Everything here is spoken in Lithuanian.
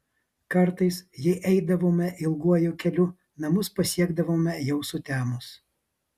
kartais jei eidavome ilguoju keliu namus pasiekdavome jau sutemus